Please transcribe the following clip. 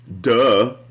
Duh